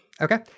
Okay